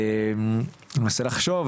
מנסה לחשוב,